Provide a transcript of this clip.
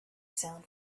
sound